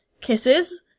Kisses